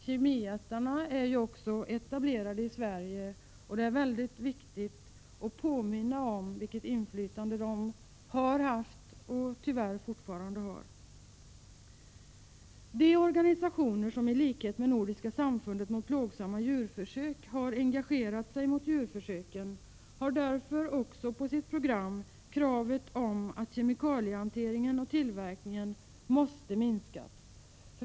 Kemijättarna är också etablerade i Sverige, och det är mycket viktigt att påminna om vilket inflytande de har haft och tyvärr fortfarande har. De organisationer som i likhet med Nordiska samfundet mot plågsamma djurförsök har engagerat sig mot djurförsöken har därför på sitt program kravet att kemikaliehanteringenoch kemikalietillverkningen måste minskas.